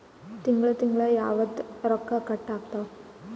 ತಿಂಗಳ ತಿಂಗ್ಳ ಯಾವತ್ತ ರೊಕ್ಕ ಕಟ್ ಆಗ್ತಾವ?